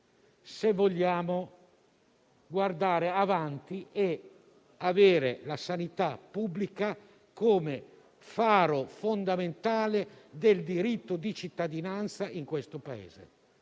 se vogliamo guardare avanti e avere la sanità pubblica come faro fondamentale del diritto di cittadinanza in questo Paese.